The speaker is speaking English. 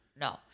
no